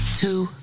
Two